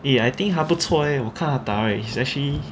eh I think 他不错 leh 我看他打 right he's actually